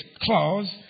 clause